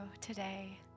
today